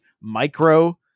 micro